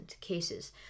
cases